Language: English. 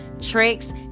tricks